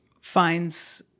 finds